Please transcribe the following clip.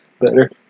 better